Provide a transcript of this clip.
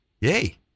Yay